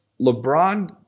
LeBron